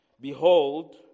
Behold